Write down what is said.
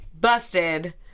busted